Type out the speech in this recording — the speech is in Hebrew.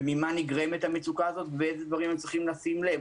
ממה נגרמת המצוקה הזאת ולאיזה דברים הם צריכים לשים לב.